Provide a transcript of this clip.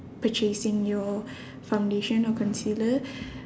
purchasing your foundation or concealer